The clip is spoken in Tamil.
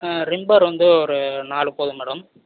ரின் பார் வந்து ஒரு நாலு போதும் மேடம்